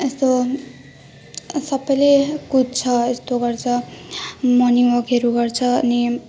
यस्तो सबैले कुद्छ यस्तो गर्छ मर्निङ वाकहरू गर्छ अनि